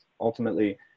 Ultimately